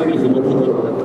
גם מפרנסות, גם לומדות, מה קרה?